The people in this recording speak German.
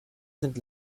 sind